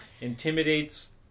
intimidates